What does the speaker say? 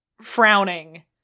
frowning